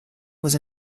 was